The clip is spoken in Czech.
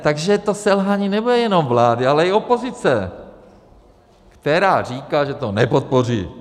Takže to selhání nebude jenom vlády, ale i opozice, která říká, že to nepodpoří.